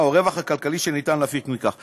הוא הרווח הכלכלי שאפשר להפיק מכך.